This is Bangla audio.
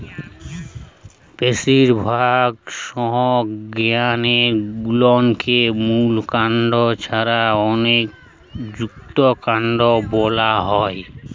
বেশিরভাগ সংজ্ঞায় গুল্মকে মূল কাণ্ড ছাড়া অনেকে যুক্তকান্ড বোলা হয়